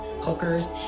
hookers